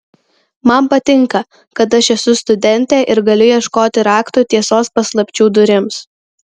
man patinka kad aš esu studentė ir galiu ieškoti raktų tiesos paslapčių durims